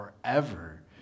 forever